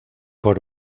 por